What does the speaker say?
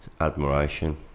Admiration